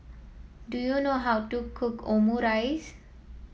do you know how to cook Omurice